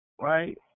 right